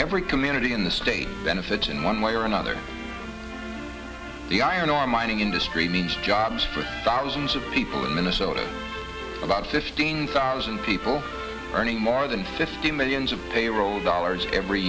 every community in the state benefits in one way or another the iron ore mining industry means jobs for thousands of people in minnesota about fifteen thousand people earning more than fifty millions of payroll dollars every